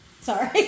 sorry